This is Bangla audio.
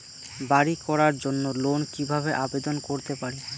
বাড়ি করার জন্য লোন কিভাবে আবেদন করতে পারি?